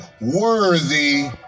worthy